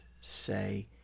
say